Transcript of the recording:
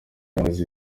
amaze